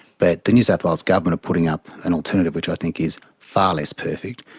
but the new south wales government are putting up an alternative which i think is far less perfect,